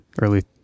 early